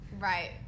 Right